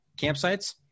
campsites